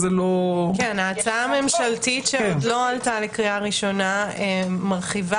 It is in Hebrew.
ההצעה הממשלתית שעוד לא עלתה לקריאה ראשונה מרחיבה